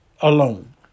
alone